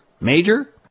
Major